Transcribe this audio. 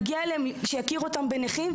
מגיע להם שיכירו בהם כנכים,